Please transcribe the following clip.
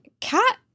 cat